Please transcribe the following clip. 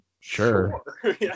sure